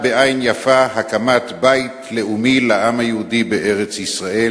בעין יפה הקמת בית לאומי לעם היהודי בארץ-ישראל,